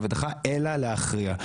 אלא להכריע.